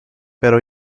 pero